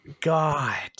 God